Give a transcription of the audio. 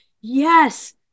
yes